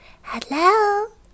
Hello